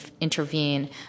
intervene